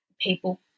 people